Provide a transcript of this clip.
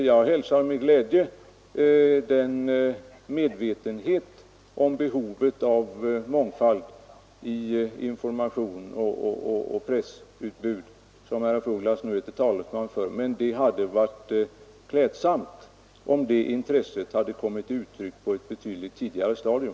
Jag hälsar med glädje den medvetenhet om behovet av mångfald i pressens informationsutbud som herr af Ugglas nu gör sig till talesman för, men det hade varit klädsamt om det intresset hade kommit till uttryck på ett betydligt tidigare stadium.